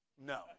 No